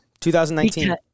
2019